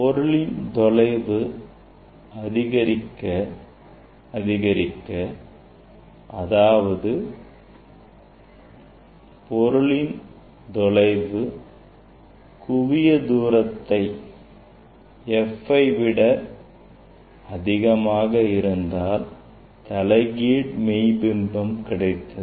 பொருளின் தொலைவு அதிகரிக்க அதாவது பொருளின் தொலைவு குவிய தூரத்தை f விட அதிகமாக இருந்தால் தலைகீழான மெய்பிம்பம் கிடைத்தது